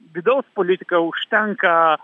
vidaus politika užtenka